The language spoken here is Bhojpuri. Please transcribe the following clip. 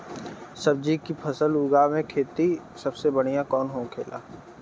सब्जी की फसल उगा में खाते सबसे बढ़ियां कौन होखेला?